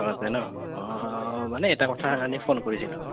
ঘৰতে ন মই মানে এটা কথাৰ কাৰণে ফোন কৰিছিলোঁ